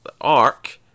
arc